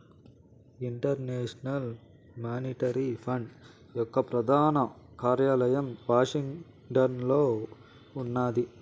international monetary fund యొక్క ప్రధాన కార్యాలయం వాషింగ్టన్లో ఉన్నాది